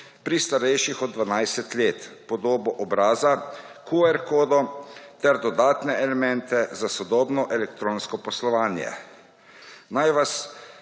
pri starejših od 12. let, podobo obraza, Q-kodo ter dodatne elemente za sodobno elektronsko poslovanje. Naj vas